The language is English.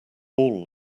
all